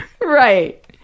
Right